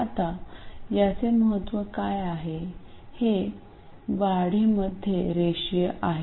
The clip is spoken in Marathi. आता याचे महत्त्व काय आहे हे वेतन वाढीमध्ये रेषीय आहे